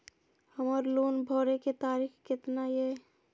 हमर लोन भरे के तारीख केतना ये?